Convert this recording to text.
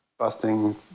Busting